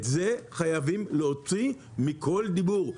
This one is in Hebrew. את זה חייבים להוציא מכל דיבור,